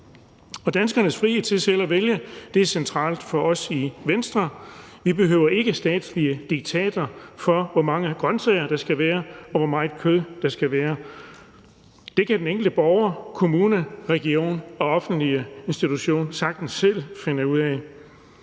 Danskernes frihed til selv at vælge er centralt for os i Venstre. Vi behøver ikke statslige diktater om, hvor mange grønsager der skal være, og hvor meget kød der skal være. Det kan den enkelte borger, kommune, region og offentlige institution sagtens selv finde ud af.